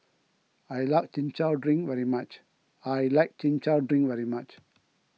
I like Chin Chow Drink very much I like Chin Chow Drink very much